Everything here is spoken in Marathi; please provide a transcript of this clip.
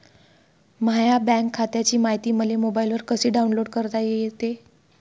माह्या बँक खात्याची मायती मले मोबाईलवर कसी डाऊनलोड करता येते?